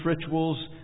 rituals